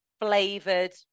flavored